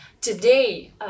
Today